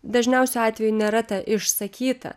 dažniausiu atveju nėra ta išsakyta